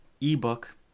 ebook